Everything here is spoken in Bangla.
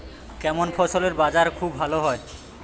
কেমন ফসলের বাজার খুব ভালো হয়?